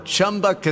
Chumba